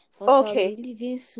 Okay